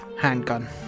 handgun